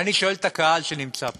אני שואל את הקהל שנמצא פה: